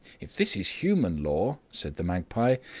if this is human law, said the magpie,